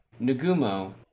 Nagumo